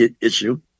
issue